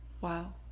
Wow